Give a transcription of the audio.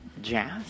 jazz